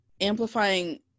amplifying